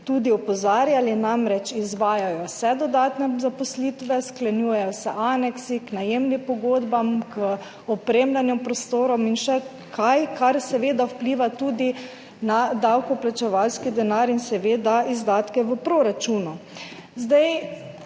tudi opozarjali. Izvajajo se dodatne zaposlitve, sklepajo se aneksi k najemnim pogodbam,k opremljanju prostorov in še kaj, kar seveda vpliva tudi na davkoplačevalski denar in seveda izdatke v proračunu.